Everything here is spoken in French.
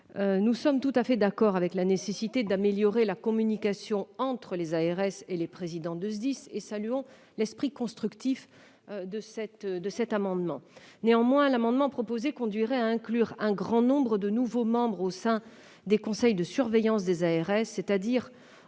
Nous sommes tout à fait d'accord avec la nécessité d'améliorer la communication entre les ARS et les présidents de SDIS et saluons l'esprit constructif de cet amendement. Néanmoins, son adoption conduirait à inclure un grand nombre de nouveaux membres au sein des conseils de surveillance des ARS, c'est-à-dire